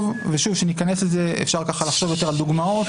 כשניכנס לזה אפשר לחשוב יותר על דוגמאות.